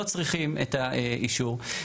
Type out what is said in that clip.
לא צריכים את האישור.